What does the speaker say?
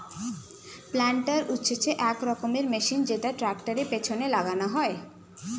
planter হচ্ছে এক রকমের মেশিন যেটা ট্র্যাক্টরের পেছনে লাগানো হয়